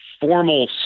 formal